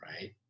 right